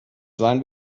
sein